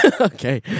Okay